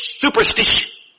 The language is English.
superstition